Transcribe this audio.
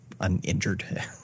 uninjured